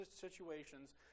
situations